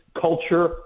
culture